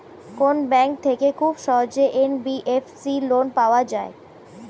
কোন ব্যাংক থেকে খুব সহজেই এন.বি.এফ.সি লোন পাওয়া যায়?